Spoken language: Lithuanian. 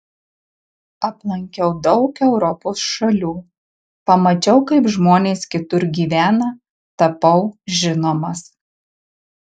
aplankiau daug europos šalių pamačiau kaip žmonės kitur gyvena tapau žinomas